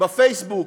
בפייסבוק,